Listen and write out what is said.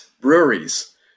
breweries